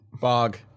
Bog